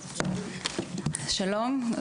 שלום,